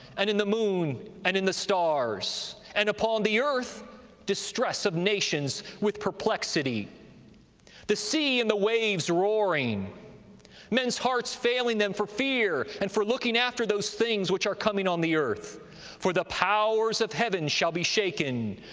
and in the moon, and in the stars and upon the earth distress of nations, with perplexity the sea and the waves roaring men's hearts failing them for fear, and for looking after those things which are coming on the earth for the powers of heaven shall be shaken.